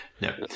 No